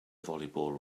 volleyball